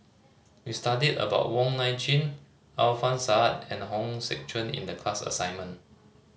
we studied about Wong Nai Chin Alfian Sa'at and Hong Sek Chern in the class assignment